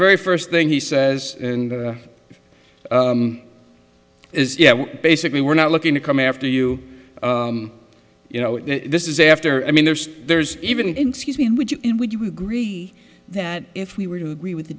very first thing he says is yeah basically we're not looking to come after you you know this is after i mean there's there's even been would you would you agree that if we were to agree with the